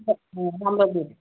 अँ राम्रो दुध